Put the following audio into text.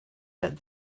but